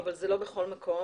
אבל זה לא בכל מקום,